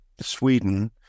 Sweden